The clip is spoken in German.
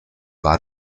war